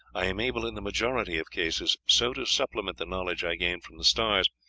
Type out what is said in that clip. i am able in the majority of cases so to supplement the knowledge i gain from the stars,